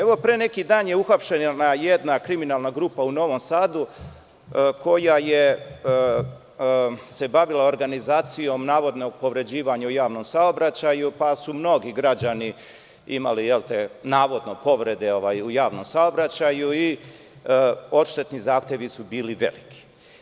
Evo, pre neki dan je uhapšena jedna kriminalna grupa u Novom Sadu koja se bavila organizacijom, navodno, povređivanja u javnom saobraćaju, pa su mnogi građani imali, navodno, povrede u javnom saobraćaju i odštetni zahtevi su bili veliki.